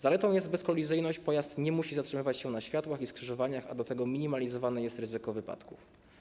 Zaletą jest bezkolizyjność - pojazd nie musi zatrzymywać się na światłach i skrzyżowaniach, a do tego minimalizowane jest ryzyko wypadków.